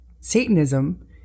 Satanism